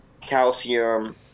calcium